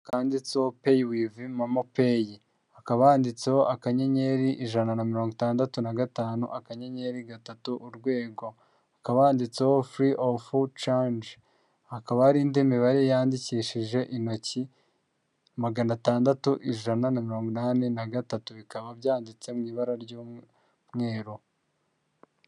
Kanditso payi wivu momo peyi, hakaba handitseho akanyenyeri ijana na mirongo itandatu na gatanu akanyenyeri gatatu urwego, hakaba handitseho furi ofu cage, hakaba hari indi mibare yandikishije intoki, magana atandatu ijana na mirongo inani na gatatu, bikaba byanditse mu ibara ry'umweru.